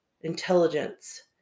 intelligence